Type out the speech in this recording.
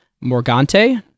Morgante